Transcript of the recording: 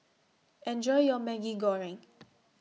Enjoy your Maggi Goreng